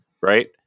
right